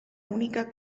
única